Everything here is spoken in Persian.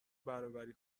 برابری